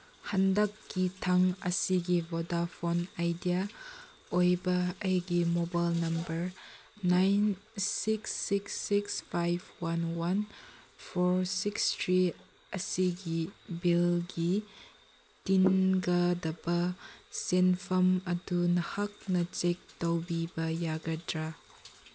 ꯍꯟꯗꯛꯀꯤ ꯊꯥꯡ ꯑꯁꯤꯒꯤ ꯚꯣꯗꯥꯐꯣꯟ ꯑꯥꯏꯗꯤꯌꯥ ꯑꯣꯏꯕ ꯑꯩꯒꯤ mobile number nine six six six five one one four six three ꯑꯁꯤꯒꯤ ꯕꯤꯜꯒꯤ ꯇꯤꯟꯒꯗꯕ ꯆꯦꯟꯐꯝ ꯑꯗꯨ ꯅꯍꯥꯛꯅ ꯆꯦꯛ ꯇꯧꯕꯤꯕ ꯌꯥꯒꯗ꯭ꯔꯥ